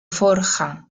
forja